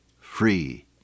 free